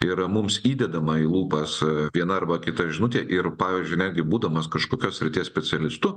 yra mums įdedama į lūpas viena arba kita žinutė ir pavyzdžiui netgi būdamas kažkokios srities specialistu